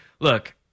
Look